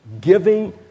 Giving